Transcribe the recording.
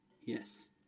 Yes